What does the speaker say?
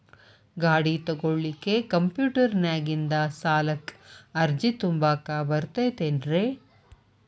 ಗಾಡಿ ತೊಗೋಳಿಕ್ಕೆ ಕಂಪ್ಯೂಟೆರ್ನ್ಯಾಗಿಂದ ಸಾಲಕ್ಕ್ ಅರ್ಜಿ ತುಂಬಾಕ ಬರತೈತೇನ್ರೇ?